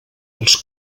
els